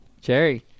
Jerry